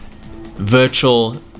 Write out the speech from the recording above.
virtual